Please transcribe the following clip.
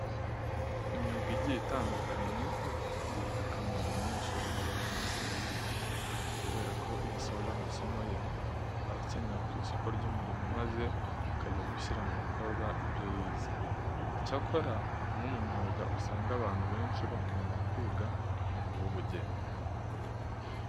Imyuga igiye itandukanye igirira akamaro umunyeshuri uwo ari we wese wayize kubera ko iyo asoje amasomo ye, aba akenewe ku isoko ry'umurimo maze akajya gushyira mu bikorwa ibyo yize. Icyakora umwe mu myuga usanga abantu benshi bakunda kwiga ni uw'ubugeni.